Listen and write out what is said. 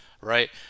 right